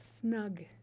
snug